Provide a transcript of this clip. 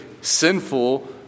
sinful